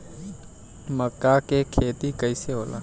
मका के खेती कइसे होला?